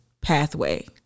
pathway